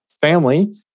family